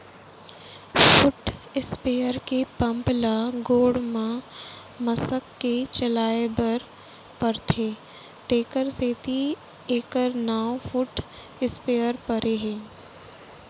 foot sprayer के pump ल गोड़ म मसक के चलाए बर परथे तेकर सेती एकर नांव फुट स्पेयर परे हे